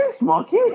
monkey